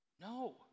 No